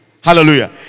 Hallelujah